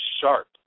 sharp